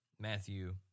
Matthew